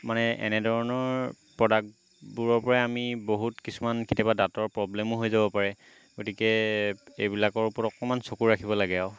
মানে এনেধৰণৰ প্ৰডাক্টবোৰৰ পৰাই আমি বহুত কিছুমান কেতিয়াবা দাঁতৰ প্ৰব্লেমো হৈ যাব পাৰে গতিকে এইবিলাকৰ ওপৰত অকণমান চকু ৰাখিব লাগে আৰু